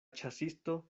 ĉasisto